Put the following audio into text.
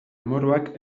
amorruak